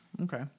okay